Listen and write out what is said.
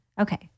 Okay